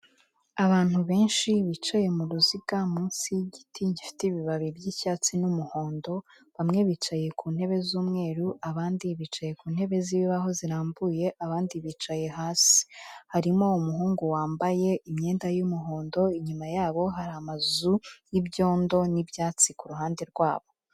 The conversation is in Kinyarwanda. Abantu benshi bicaye mu ruziga munsi y'igiti gifite ibibabi by'icyatsi n'umuhondo, bamwe bicaye ku ntebe z'umweru abandi bicaye ku ntebe z'ibibaho zirambuye abandi bicaye hasi. Harimo umuhungu wambaye imyenda y'umuhondo, inyuma yabo hari amazu y'ibyondo n'ibyatsi ku ruhande rwabo.